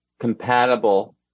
compatible